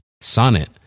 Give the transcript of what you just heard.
Sonnet